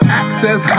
access